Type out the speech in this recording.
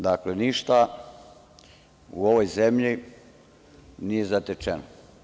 Dakle, ništa u ovoj zemlji nije zatečeno.